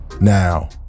now